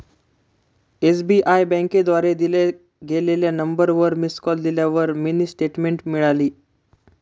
SBI बँकेद्वारे दिल्या गेलेल्या नंबरवर मिस कॉल दिल्यावर मिनी स्टेटमेंट मिळाली